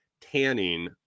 tanning